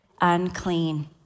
unclean